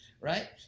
right